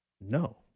No